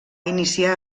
iniciar